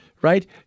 right